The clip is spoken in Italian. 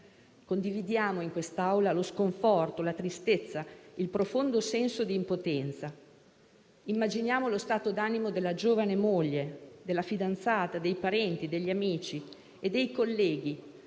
Condividiamo in quest'Aula lo sconforto, la tristezza e il profondo senso di impotenza. Immaginiamo lo stato d'animo della giovane moglie, dei parenti, degli amici e dei colleghi,